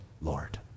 Lord